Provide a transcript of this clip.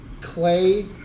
Clay